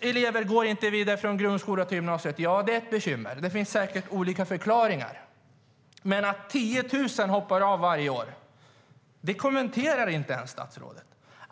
elever inte går vidare från grundskolan till gymnasiet är ett bekymmer. Det finns säkert olika förklaringar. Men att 10 000 hoppar av varje år, det kommenterar statsrådet inte ens.